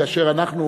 כאשר אנחנו